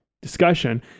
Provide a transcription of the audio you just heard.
discussion